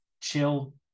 chill